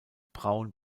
braun